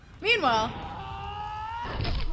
Meanwhile